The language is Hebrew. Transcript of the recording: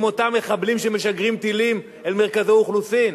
אותם מחבלים שמשגרים טילים אל מרכזי אוכלוסין.